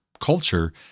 culture